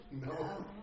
No